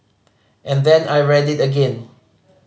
and then I read it again